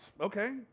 Okay